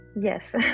Yes